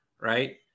Right